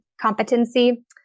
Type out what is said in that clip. competency